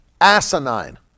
asinine